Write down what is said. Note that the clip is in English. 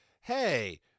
hey